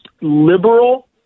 liberal